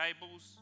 tables